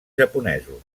japonesos